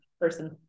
person